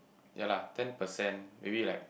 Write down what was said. yea lah ten percent maybe like